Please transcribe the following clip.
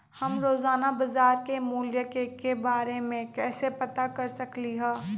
हम रोजाना बाजार के मूल्य के के बारे में कैसे पता कर सकली ह?